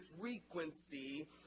frequency